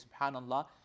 subhanallah